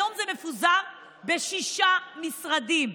היום זה מפוזר בשישה משרדים,